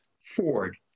Ford